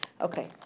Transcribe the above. Okay